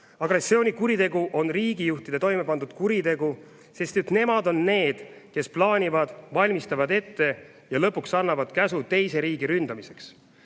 Agressioonikuritegu on riigijuhtide toime pandud kuritegu, sest just nemad on need, kes plaanivad, valmistavad ette ja lõpuks annavad käsu teise riigi ründamiseks.